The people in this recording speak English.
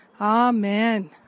Amen